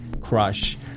crush